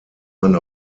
man